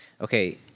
okay